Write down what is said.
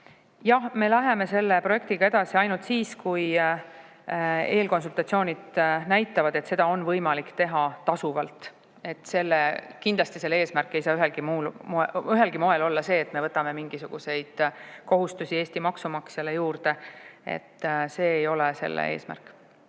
jah, me läheme selle projektiga edasi ainult siis, kui eelkonsultatsioonid näitavad, et seda on võimalik teha tasuvalt. Kindlasti selle eesmärk ei saa ühelgi moel olla see, et me võtame mingisuguseid kohustusi Eesti maksumaksjale juurde. See ei ole eesmärk.